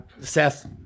Seth